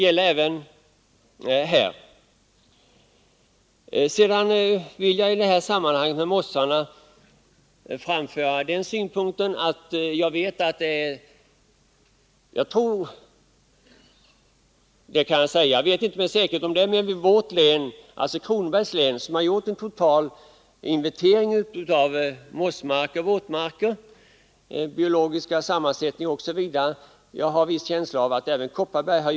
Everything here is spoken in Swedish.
Även här gäller det att iaktta försiktighet. Jag vet att man i Kronobergs län har gjort en total inventering av mossmarkerna där, deras biologiska sammansättning osv. Jag undrar om man inte har gjort det också i Kopparbergs län.